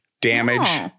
Damage